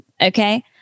Okay